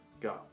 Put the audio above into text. go